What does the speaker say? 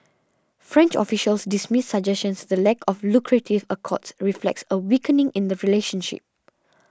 French officials dismiss suggestions the lack of lucrative accords reflects a weakening in the relationship